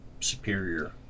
superior